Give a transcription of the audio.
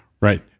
Right